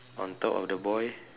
on top of the boy